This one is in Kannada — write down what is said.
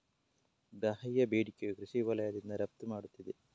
ಬಾಹ್ಯ ಬೇಡಿಕೆಯು ಕೃಷಿ ವಲಯದಿಂದ ರಫ್ತು ಮಾಡುತ್ತಿದೆ